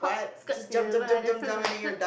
hopscotch ya by the sun